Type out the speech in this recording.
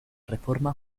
reforma